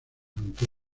aunque